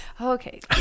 Okay